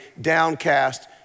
downcast